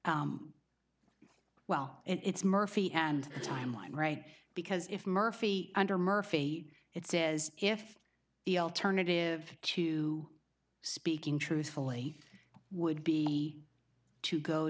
well it's murphy and timeline right because if murphy under murphy it says if the alternative to speaking truthfully would be to go